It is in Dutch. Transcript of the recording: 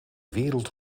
wereld